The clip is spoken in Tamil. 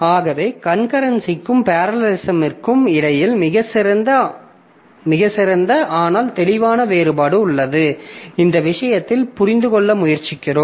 ஆகவே கன்கரன்சிக்கும் பேரலலிசமிற்கும் இடையில் மிகச்சிறந்த ஆனால் தெளிவான வேறுபாடு உள்ளது இந்த விஷயத்தை புரிந்து கொள்ள முயற்சிக்கிறோம்